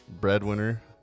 Breadwinner